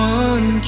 one